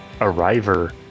Arriver